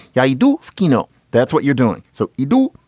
yeah you do kino. that's what you're doing. so you do.